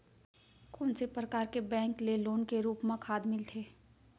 कोन से परकार के बैंक ले लोन के रूप मा खाद मिलथे?